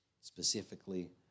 specifically